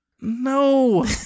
No